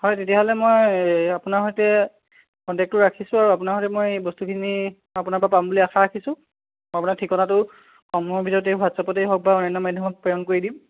হয় তেতিয়া হ'লে মই এই আপোনাৰ সৈতে কনটেক্টটো ৰাখিছোঁ আৰু আপোনাৰ সৈতে মই বস্তুখিনি আপোনাৰ পৰা পাম বুলি আশা ৰাখিছোঁ আপোনাৰ ঠিকনাটো কমদিনৰ ভিতৰতে হোৱাটচ আপতে হওক বা অন্য মাধ্যমত প্ৰেৰণ কৰি দিম